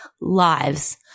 lives